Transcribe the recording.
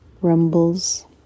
rumbles